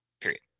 Period